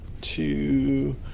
two